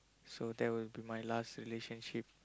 so that would be my last relationship